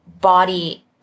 body